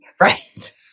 Right